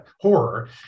horror